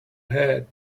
head